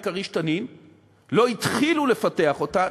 ו"כריש" "תנין"; לא התחילו לפתח אותם.